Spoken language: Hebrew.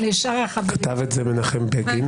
כתב את זה מנחם בגין.